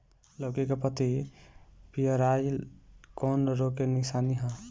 लौकी के पत्ति पियराईल कौन रोग के निशानि ह?